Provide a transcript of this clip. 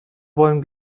wollen